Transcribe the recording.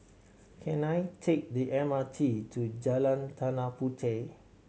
can I take the M R T to Jalan Tanah Puteh